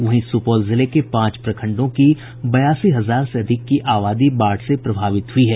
वहीं सुपौल जिले के पांच प्रखंडों की बयासी हजार से अधिक की आबादी बाढ़ से प्रभावित हुई है